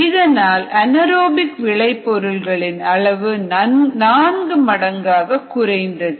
இதனால் அனேறோபிக் விளை பொருள்களின் அளவு நான்கு மடங்காக குறைந்தது